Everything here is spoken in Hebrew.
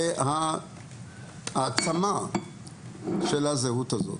ולהעצמה של הזהות הזו.